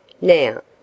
Now